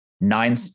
nine